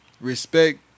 respect